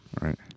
Right